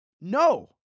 no